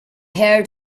heard